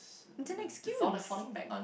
it's an excuse